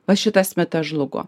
va šitas mitas žlugo